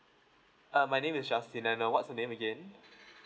uh my name is justin and uh what's your name again